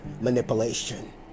manipulation